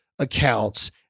accounts